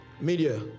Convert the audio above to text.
Media